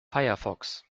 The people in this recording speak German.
firefox